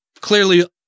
clearly